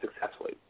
successfully